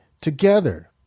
together